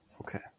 Okay